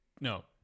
no